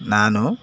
ನಾನು